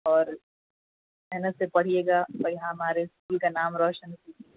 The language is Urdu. اور محنت سے پڑھیے گا اور یہاں ہمارے اسکول کا نام روشن کیجیے گا